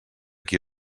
qui